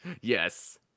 Yes